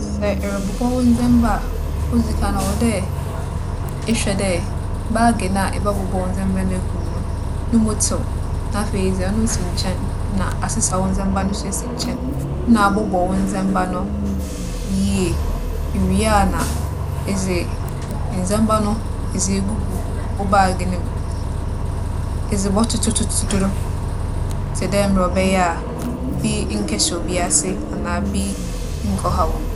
Sɛ erobobͻ wo ndzɛmba a, odzi kan no; ͻwͻ dɛ ehwɛ dɛ baage no a ebͻbobͻ ndzɛmba no egu mu no, no mu tsew. Na afei edze ͻno esi nkyɛn na asesa wo ndzɛmba no so esi nkyɛn. Nna abobͻ wo ndzɛmba no yie. Iwie a na edze ndzɛmba no edze egugu wo baage no mu. Edze bͻtoto - to - to -to do, tse dɛ mbrɛ ͻbɛyɛ a bi nnkɛhyɛ bi ase anaa bi nnkͻhaw obi.